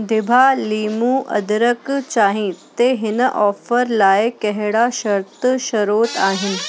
दिभा लीमू अदरक चांहि ते हिन ऑफर लाइ कहिड़ा शर्त शरोत आहिनि